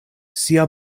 sia